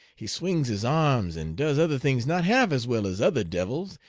he swings his arms, and does other things not half as well as other devils,